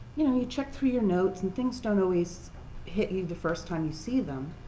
you know, you check through your notes and things don't always hit you the first time you see them.